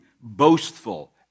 boastful